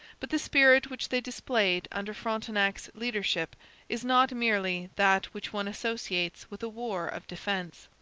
but the spirit which they displayed under frontenac's leadership is not merely that which one associates with a war of defence.